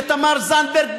לתמר זנדברג,